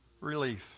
relief